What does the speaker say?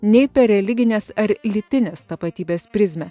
nei per religinės ar lytinės tapatybės prizmę